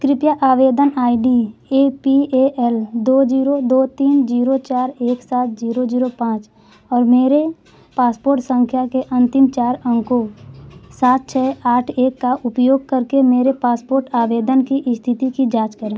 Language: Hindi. कृपया आवेदन I D A P A L दो जीरो दो तीन जीरो चार एक सात जीरो जीरो पाँच और मेरे पासपोर्ट संख्या के अंतिम चार अंकों सात छः आठ एक का उपयोग करके मेरे पासपोर्ट आवेदन की स्थिति की जांच करें